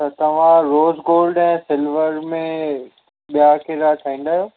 त तव्हां rose gold ऐं सिल्वर में ॿिया कहिड़ा ठाहींदा आहियो